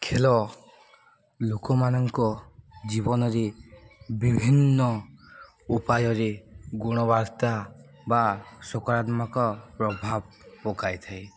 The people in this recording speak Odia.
ଖେଲ ଲୋକମାନଙ୍କ ଜୀବନରେ ବିଭିନ୍ନ ଉପାୟରେ ଗୁଣବାର୍ତ୍ତା ବା ସକାରାତ୍ମକ ପ୍ରଭାବ ପକାଇଥାଏ